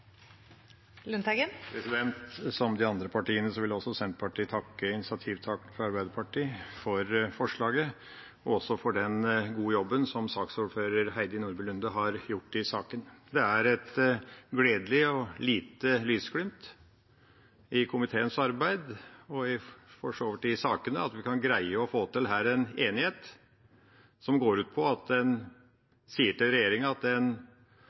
Som de andre partiene vil også Senterpartiet takke initiativtakeren fra Arbeiderpartiet for forslaget og saksordfører Heidi Nordby Lunde for den gode jobben hun har gjort i saken. Det er et gledelig, lite lysglimt i komiteens arbeid og for så vidt i sakene at vi kan greie å få til en enighet som går ut på at en sier til regjeringa at den på en nødvendig måte og uten opphold skal få orden i disse sakene. Det er en